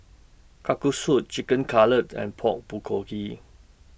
Kalguksu Chicken Cutlet and Pork Bulgogi